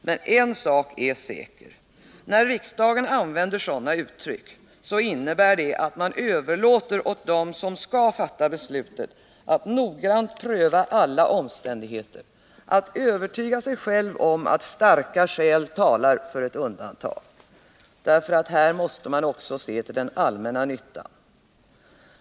Men en sak är säker: när riksdagen använder sådana uttryck så innebär det att man överlåter åt dem som skall fatta beslutet att noggrant pröva alla omständigheter, att övertyga sig själva om att starka skäl talar för ett undantag, därför att här måste man också se till den allmänna nyttan.